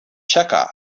chekhov